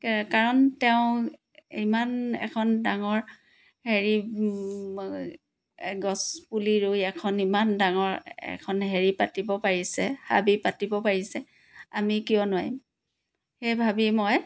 কাৰণ তেওঁ ইমান এখন ডাঙৰ হেৰি গছ পুলি ৰুই এখন ইমান ডাঙৰ এখন হেৰি পাতিব পাৰিছে হাবি পাতিব পাৰিছে আমি কিয় নোৱাৰিম সেই ভাবিয়ে মই